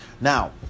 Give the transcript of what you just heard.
now